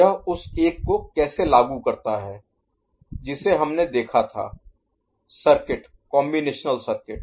यह उस एक को कैसे लागू करता है जिसे हमने देखा था सर्किट कॉम्बिनेशनल सर्किट